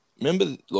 remember